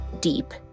deep